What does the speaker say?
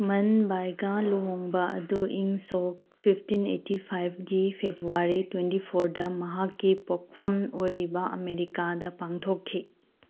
ꯃꯟ ꯚꯥꯏꯒꯥ ꯂꯨꯍꯣꯡꯕ ꯑꯗꯨ ꯏꯪ ꯁꯣꯛ ꯐꯤꯞꯇꯤꯟ ꯑꯩꯠꯇꯤ ꯐꯥꯏꯚꯀꯤ ꯐꯦꯕ꯭ꯋꯥꯔꯤ ꯇ꯭ꯋꯦꯟꯇꯤ ꯐꯣꯔꯗ ꯃꯍꯥꯛꯀꯤ ꯄꯣꯛꯐꯝ ꯑꯣꯏꯔꯤꯕ ꯑꯃꯦꯔꯤꯀꯥꯗ ꯄꯥꯡꯊꯣꯛꯈꯤ